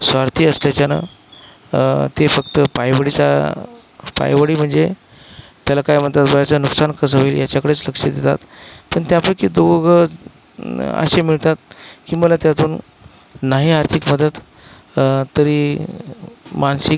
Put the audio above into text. स्वार्थी असत्याच्यानं ते फक्त पायओढीचा पायओढी म्हणजे त्याला काय म्हणतात बा याचं नुकसान कसं होईल याच्याकडेच लक्ष देतात पण त्यापैकी दोघं असे मिळतात की मला त्यातून नाही आर्थिक मदत तरी मानसिक